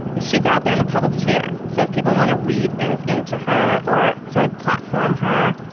she's out there in the public sphere. so if people want to read things into her or sort of platform her